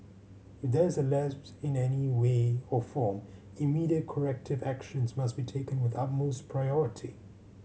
if there is a lapse in any way or form immediate corrective actions must be taken with utmost priority